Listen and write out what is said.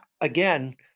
again –